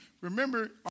Remember